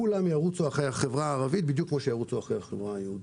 כולם ירוצו אחרי החברה הערבית בדיוק כפי שירוצו אחרי החברה היהודית,